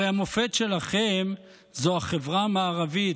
הרי המופת שלכם הוא החברה המערבית,